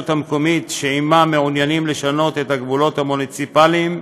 המקומית שעימה מעוניינים לשנות את הגבולות המוניציפליים.